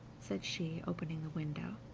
said she, opening the window.